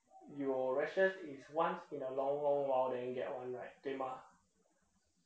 your rashes is once in a long long while then get one right 对吗